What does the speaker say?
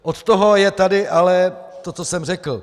Od toho je tady ale to, co jsem řekl.